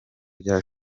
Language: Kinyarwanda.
bya